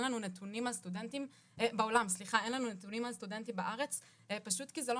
אין לנו נתונים מהסטודנטים בארץ פשוט כי זה לא